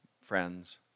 friends